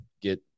get